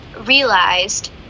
realized